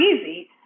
easy